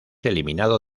eliminado